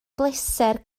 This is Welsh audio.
bleser